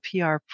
PR